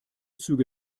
züge